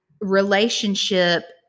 relationship